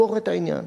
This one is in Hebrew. לקבור את העניין,